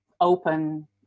open